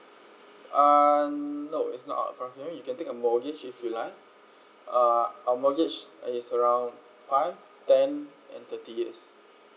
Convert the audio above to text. um no it's no upfront here you can take a mortgage if you like uh our mortgage is around five ten and thirty years